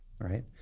right